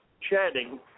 chatting